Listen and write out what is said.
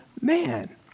man